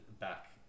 back